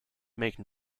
make